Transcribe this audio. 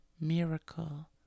miracle